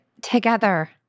together